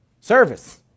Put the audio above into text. Service